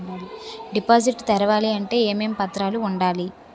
Deposit తెరవాలి అంటే ఏమేం పత్రాలు ఉండాలి?